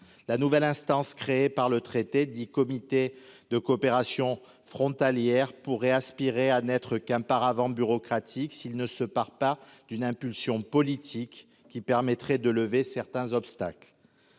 la nouvelle instance créée par le traité dit comité de coopération frontalière pourrait aspirer à n'être qu'un paravent bureaucratique, s'il ne se part pas d'une impulsion politique qui permettrait de lever certains obstacles